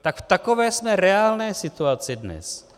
Tak v takové jsme reálné situaci dnes.